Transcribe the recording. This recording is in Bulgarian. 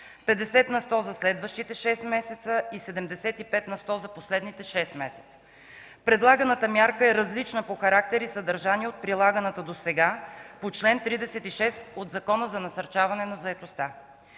50 на сто за следващите 6 месеца и 75 на сто за последните 6 месеца. Предлаганата мярка е различна по характер и съдържание от прилаганата досега по чл. 36 от Закона за насърчаване на заетостта.